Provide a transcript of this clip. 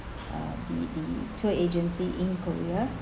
uh the the tour agency in korea